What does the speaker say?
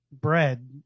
bread